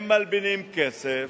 הם מלבינים כסף,